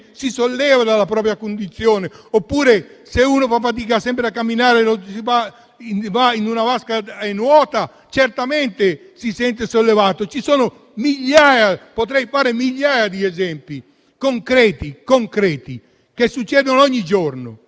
si solleva dalla propria condizione; oppure, se uno fa fatica sempre a camminare, va in una vasca e nuota, certamente si sente sollevato. Potrei fare migliaia esempi concreti, che succedono ogni giorno.